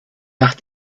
nach